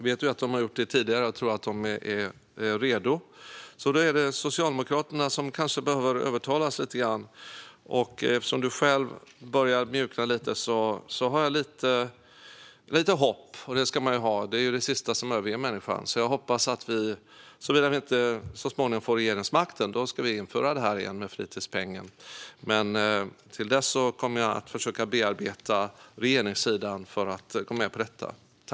Jag vet att de har gjort det tidigare, och jag tror att de är redo. Det är Socialdemokraterna som kanske behöver övertalas lite grann. Eftersom du själv börjar mjukna lite har jag lite hopp, och det ska man ju ha - det är det sista som överger människan. Om vi så småningom får regeringsmakten ska vi införa fritidspengen igen. Till dess kommer jag att försöka bearbeta regeringssidan för att få den att gå med på detta.